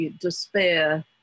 despair